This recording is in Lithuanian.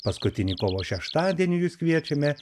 paskutinį kovo šeštadienį jus kviečiame